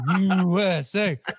USA